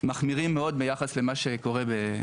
מחמירים מאוד ביחס למה שקורה בחו"ל.